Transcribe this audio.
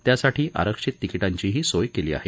त्यासाठी आरक्षित तिकिटांची ही सोय केली आहे